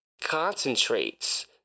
concentrates